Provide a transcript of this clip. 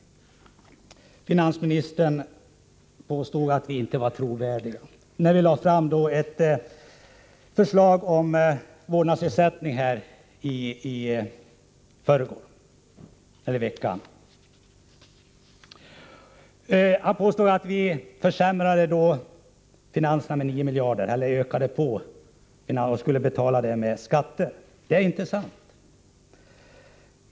Finansministern påstår att vi inte var trovärdiga när vi lade fram ett förslag om vårdnadsersättning tidigare denna vecka. Finansministern påstod att vi i och med detta försämrade finanserna med 9 miljarder, om detta skulle finansieras med skatter. Det är inte sant!